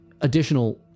additional